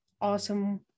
awesome